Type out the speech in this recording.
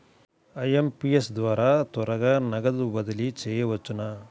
IMPS ద్వారా త్వరగా నగదు బదిలీ చేయవచ్చునా?